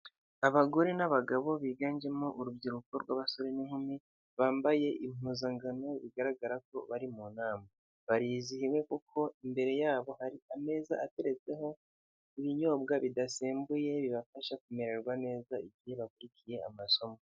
Abagore n'abagabo biganjemo urubyiruko rw'abasore n'inkumi, bambaye impuzangano bigaragara ko bari mu nama, barizihiwe kuko imbere yabo hari ameza ateretseho ibinyobwa bidasembuye bibafasha kumererwa neza igihe bakurikiye amasomo.